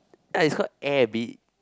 yeah it's called air B